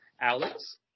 Alex